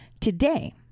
today